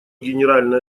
генеральная